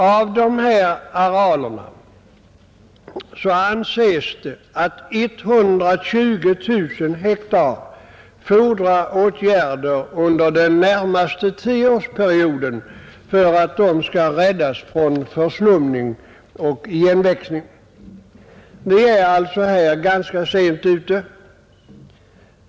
Av dessa arealer anses det att 120 000 hektar fordrar åtgärder under de närmaste tio åren, om de skall kunna räddas från förslumning och igenväxning. Vi är alltså här ganska sent ute.